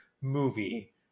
movie